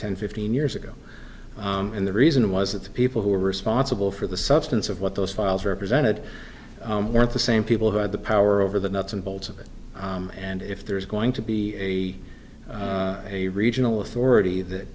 ten fifteen years ago and the reason was that the people who are responsible for the substance of what those files represented weren't the same people who had the power over the nuts and bolts of it and if there's going to be a a regional authority that